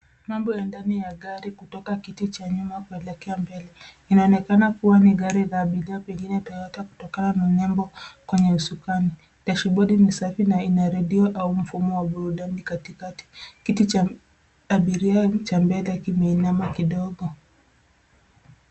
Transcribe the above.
Mambo ya ndani ya gari kutoka kiti cha nyuma kuelekea mbele. Inaonekana kuwa ni gari la abiria, pengine Toyota, kutokana nembo kwenye usukani. Dashibodi ni safi na ina redio au mfumo wa burudani katikati. Kiti cha abiria cha mbele kimeinama kidogo.